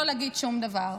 לא להגיד שום דבר.